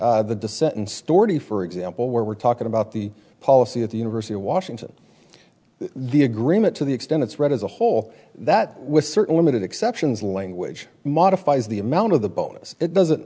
story for example we're talking about the policy at the university of washington the agreement to the extent it's read as a whole that with certain limited exceptions language modifies the amount of the bonus it doesn't